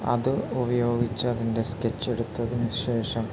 അത് ഉപയോഗിച്ചു അതിൻ്റെ സ്കെച്ച് എടുത്തതിനു ശേഷം